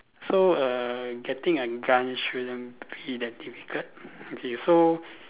so err getting a gun shouldn't be that difficult okay so